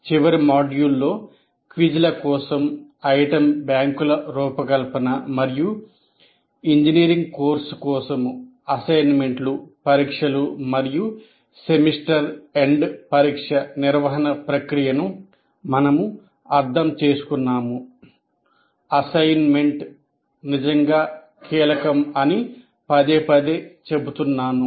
చివరి మాడ్యూల్లో క్విజ్ల కోసం ఐటెమ్ బ్యాంకుల రూపకల్పన మరియు ఇంజనీరింగ్ కోర్సు కోసం అసైన్మెంట్లు పరీక్షలు మరియు సెమిస్టర్ ఎండ్ పరీక్ష నిర్వహణ ప్రక్రియను మనము అర్థం చేసుకున్నాము అసెస్మెంట్ నిజంగా కీలకం అని పదేపదే చెబుతున్నాము